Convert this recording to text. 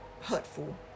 hurtful